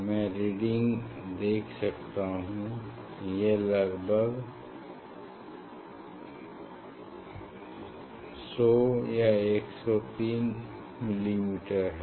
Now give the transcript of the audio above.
मैं रीडिंग देख सकता हूँ यह लगभग 100 103 मिलीमीटर है